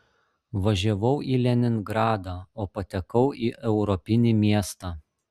važiavau į leningradą o patekau į europinį miestą